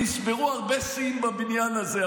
נשברו הרבה שיאים בבניין הזה,